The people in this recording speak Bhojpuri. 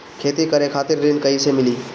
खेती करे खातिर ऋण कइसे मिली?